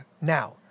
now